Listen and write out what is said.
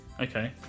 Okay